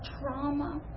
trauma